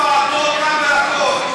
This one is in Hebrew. גם בוועדות,